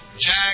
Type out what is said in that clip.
Jack